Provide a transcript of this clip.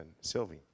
Sylvie